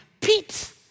Pete